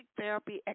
therapy